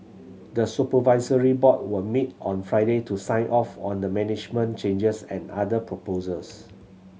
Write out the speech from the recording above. the supervisory board will meet on Friday to sign off on the management changes and other proposals